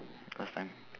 last time